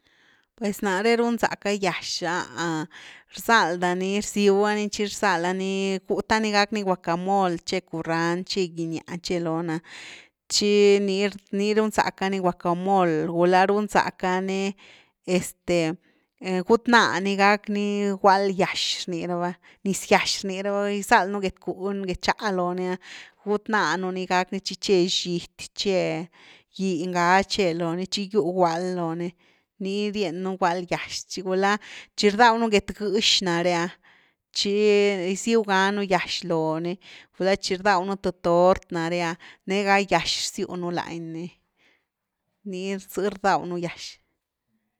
Pues nare runzacka gyax’a ah, rzalda ni rziwa ni tchi rzalda ni, gutha ni gack ni guacamol, che curand, tche giny-gýa tche lon’a tchi ni runzacka ni guacamol, gula runzacka ni este gút ná ni gack ni guald gyax rni raba, niz gyax rni raba gizald nu get cuny, get nxa loo ni’ah, gut ná nú ni gack ni tchi che xity, tche giny ga che lo ni tchi giw guald lo ni ni rienu gual gyax gula tchi rdaw get-gëx nare’ah tchi giziw ganu gyax lo ni, gulá tchi rdaw nú th tort nare’a né ga gyax rziu nu lany ni, ni z’ rdaw nú gyax.